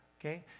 okay